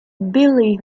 billy